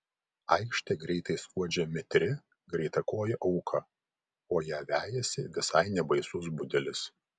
aikšte greitai skuodžia mitri greitakojė auka o ją vejasi visai nebaisus budelis